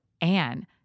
Anne